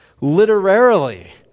literarily